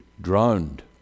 drowned